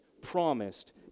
promised